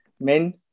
men